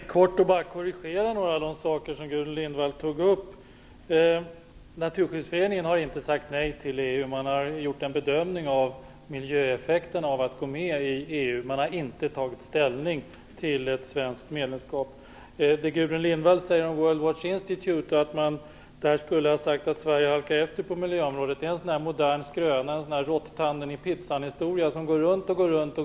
Fru talman! Jag vill bara korrigera något av det som Gudrun Lindvall tog upp. Naturskyddsföreningen har inte sagt nej till EU. Det man gjort är en bedömning av miljöeffekterna av att gå med i EU. Men man har inte tagit ställning till ett svenskt medlemskap. Gudrun Lindvall påstår att man på World Watch Institute säger att Sverige har halkat efter på miljöområdet. Det är en modern skröna; det är en råtttanden-i-pizzan-historia, som går runt och runt.